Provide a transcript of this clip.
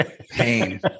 pain